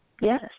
Yes